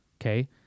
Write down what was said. okay